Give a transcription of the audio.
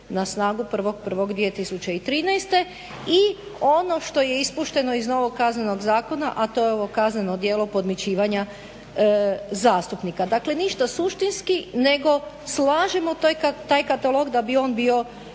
na snagu 1.1.2013. I ono što je ispušteno iz novog Kaznenog zakona, a to je ovo kazneno djelo podmićivanja zastupnika. Dakle, ništa suštinski nego slažemo taj katalog da bi on bio